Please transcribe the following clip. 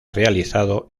realizado